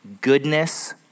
goodness